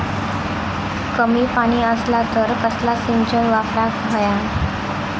कमी पाणी असला तर कसला सिंचन वापराक होया?